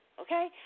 okay